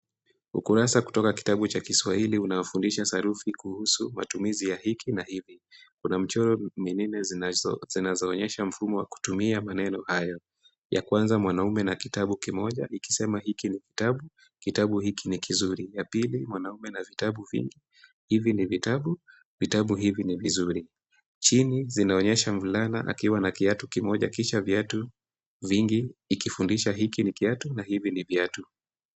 Ukurasa kutoka kitabu cha Kiswahili unaofundisha sarufi kuhusu matumizi ya hiki na hivi. Kuna michoro minne zinazoonyesha mfumo wa kutumia maneno hayo. Ya kwanza mwanamume na kitabu kimoja ikisema hiki ni kitabu, kitabu hiki ni kizuri. Ya pili, mwanamume na vitabu vingi, hivi ni vitabu, vitabu hivi ni vizuri. Chini zinaonyesha mvulana akiwa na kiatu kimoja kisha viatu vingi ikifundisha hiki ni kiatu na hivi ni viatu.